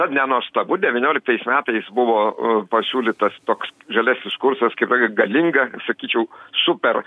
nenuostabu devyniolika tais metais buvo pasiūlytas toks žaliasis kursas kaip galinga sakyčiau super